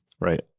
right